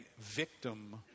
victim